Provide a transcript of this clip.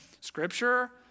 Scripture